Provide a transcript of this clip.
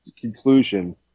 conclusion